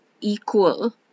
equal